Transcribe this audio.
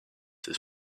his